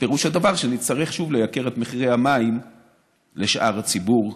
פירוש הדבר שנצטרך שוב לייקר את המים לשאר הציבור,